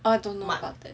I don't know much about that